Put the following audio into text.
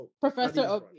professor